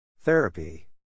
Therapy